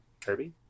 Kirby